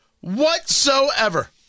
whatsoever